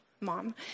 mom